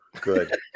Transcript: good